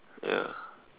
ya